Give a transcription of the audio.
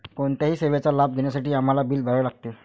कोणत्याही सेवेचा लाभ घेण्यासाठी आम्हाला बिल भरावे लागते